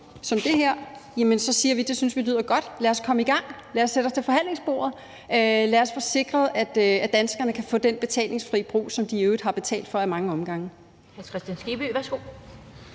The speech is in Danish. som det her, siger vi: Det synes vi lyder godt. Lad os komme i gang. Lad os sætte os til forhandlingsbordet. Lad os få sikret, at danskerne kan få den betalingsfri bro, som de i øvrigt har betalt for ad mange omgange.